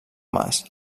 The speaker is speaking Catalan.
mas